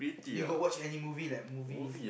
you got watch any movie like movies